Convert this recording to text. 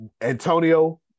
antonio